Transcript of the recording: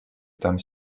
там